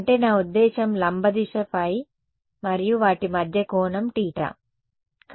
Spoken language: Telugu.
అంటే నా ఉద్దేశ్యం లంబ దిశ ϕ మరియు వాటి మధ్య కోణం θ